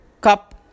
cup